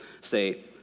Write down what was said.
say